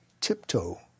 tiptoe